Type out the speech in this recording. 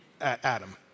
Adam